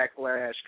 backlash